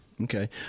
Okay